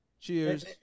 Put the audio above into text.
Cheers